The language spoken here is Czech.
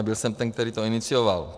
Byl jsem ten, který to inicioval.